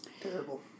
terrible